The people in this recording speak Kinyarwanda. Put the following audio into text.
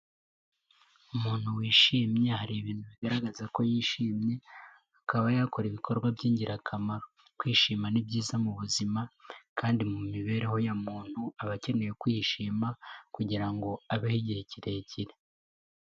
Umuntu wishimye, hari ibintu bigaragaza ko yishimye, akaba yakora ibikorwa by'ingirakamaro, kwishima ni byiza mu buzima kandi mu mibereho ya muntu aba akeneye kwishima kugira ngo abeho igihe kirekire.